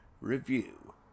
review